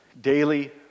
Daily